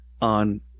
on